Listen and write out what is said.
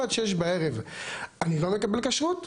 אם עד 18:00 בערב אני לא מקבל כשרות,